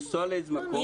לנסוע לאיזה מקום.